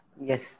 Yes